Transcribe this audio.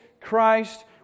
Christ